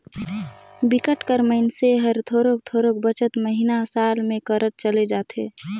बिकट कर मइनसे हर थोरोक थोरोक बचत महिना, साल में करत चले जाथे